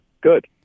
good